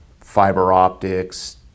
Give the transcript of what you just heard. fiber-optics